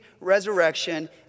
resurrection